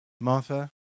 Martha